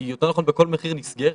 היא יותר נכון בכל מחיר נסגרת.